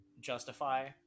justify